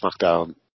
SmackDown